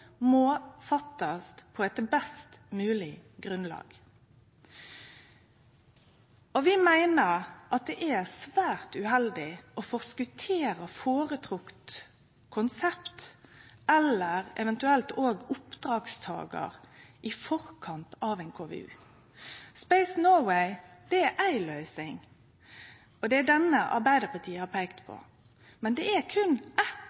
må fattast på eit best mogleg grunnlag. Vi meiner det er svært uheldig å forskotere føretrekt konsept eller eventuelt òg oppdragstakar i forkant av ein KVU. Space Norway er éi løysing, og det er denne Arbeidarpartiet har peikt på, men det er